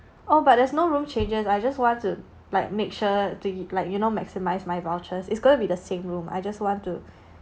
oh but there's no room changes I just want to like make sure to it like you know maximise my vouchers it's going to be the same room I just want to